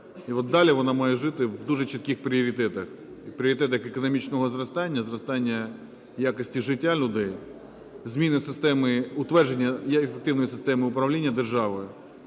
І от далі вона має жити в дуже чітких пріоритетах: в пріоритетах економічного зростання, зростання якості життя людей, зміни системи, утвердження ефективної системи управління державою